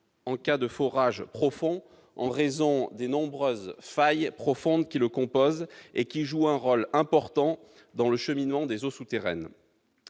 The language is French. en cas de forage profond, en raison des nombreuses failles qui le parcourent et qui jouent un rôle important dans le cheminement des eaux souterraines.